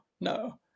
no